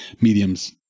mediums